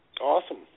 Awesome